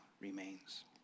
remains